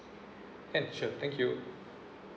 can sure thank you